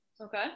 Okay